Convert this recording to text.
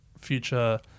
future